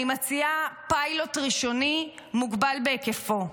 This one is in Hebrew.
אני מציעה פיילוט ראשוני מוגבל בהיקפו.